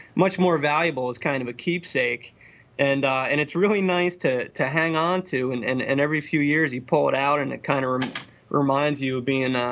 much more valuable as kind of a keepsake and and it's really nice to to hang onto and and and every few years you pull it out and it kind of reminds you of being a,